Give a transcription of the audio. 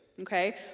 okay